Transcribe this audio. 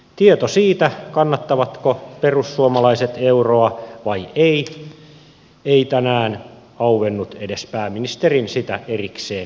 tieto siitä kannattavatko perussuomalaiset euroa vai eivät ei tänään auennut edes pääministerin sitä erikseen kysyessä